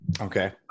Okay